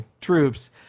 Troops